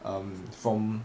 um from